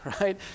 Right